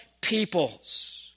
peoples